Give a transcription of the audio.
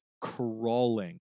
crawling